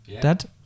Dad